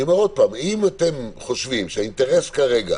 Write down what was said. אם אתם חושבים שהאינטרס כרגע